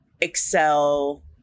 excel